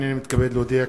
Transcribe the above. הנני מתכבד להודיע,